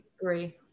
agree